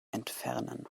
entfernen